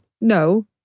No